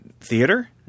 Theater